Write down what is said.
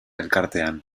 elkartean